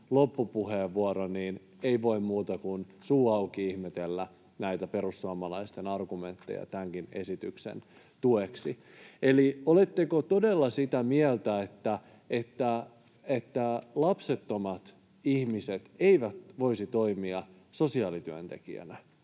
loppupuheenvuoro — ei voi muuta kuin suu auki ihmetellä näitä perussuomalaisten argumentteja tämänkin esityksen tueksi. Eli oletteko todella sitä mieltä, että lapsettomat ihmiset eivät voisi toimia sosiaalityöntekijänä